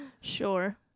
Sure